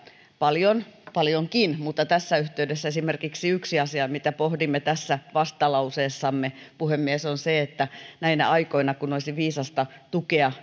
paljonkin mutta tässä yhteydessä esimerkiksi yksi asia mitä pohdimme tässä vastalauseessamme puhemies on se että näinä aikoina kun olisi viisasta tukea